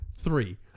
Three